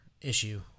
issue